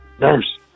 Nurse